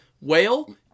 whale